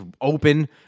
open